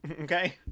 Okay